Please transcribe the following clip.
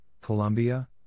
Colombia